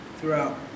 throughout